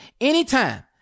anytime